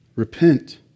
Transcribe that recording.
Repent